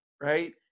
right